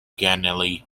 ganley